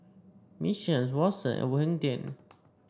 Mission Watsons and Hang Ten